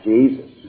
Jesus